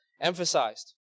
emphasized